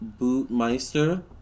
Bootmeister